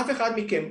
אף אחד מכם,